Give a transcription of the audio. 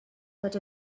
that